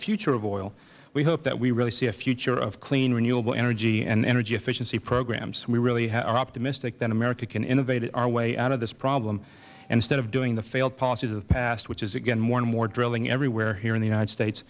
future of oil we hope that we really see a future of clean renewable energy and energy efficiency programs we really are optimistic that america can innovate our way out of this problem and instead of doing the failed policy of the past which is again more and more drilling everywhere here in the united states